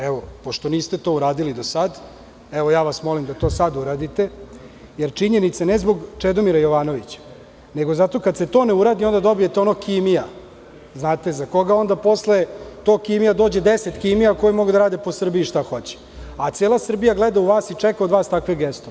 Evo, pošto to niste uradili do sad, evo ja vas molim da to sada uradite, jer činjenica, ne zbog Čedomira Jovanovića, nego zato kad se to ne uradi onda dobijate onog Kimija za koga posle toga dođe 10 Kimija koji mogu da rade po Srbiji šta hoće, a cela Srbija gleda u vas i čeka od vas takve gestove.